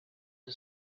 who